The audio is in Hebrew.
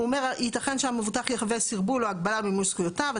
הוא אומר יתכן שהמבוטח יחווה סרבול או הגבלה במימוש זכויותיו.